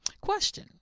Question